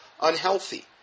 unhealthy